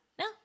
No